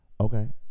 okay